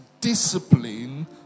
discipline